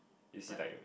but